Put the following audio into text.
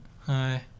Hi